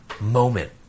moment